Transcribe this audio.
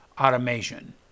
automation